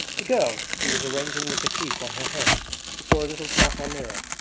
the girl, who was arranging the kerchief on her head before a little tartar mirror,